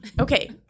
Okay